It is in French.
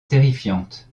terrifiante